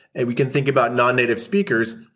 and we can think about non-native speakers.